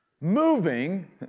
moving